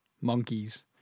Monkeys